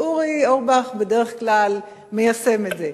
ואורי אורבך בדרך כלל מיישם את זה.